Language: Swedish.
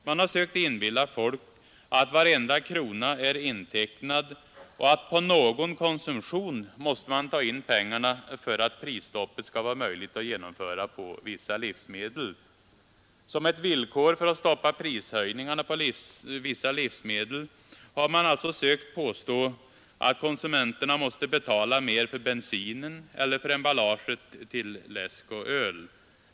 Man har sökt inbilla folk att varenda krona är intecknad och att man måste ta in pengarna på någon konsumtion för att prisstoppet skall vara möjligt att genomföra på vissa livsmedel. Som ett villkor för att stoppa prishöjningarna på vissa livsmedel har man sökt påstå att konsumenterna måste betala mer för bensinen eller emballaget till läsk och öl.